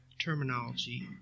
terminology